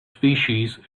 species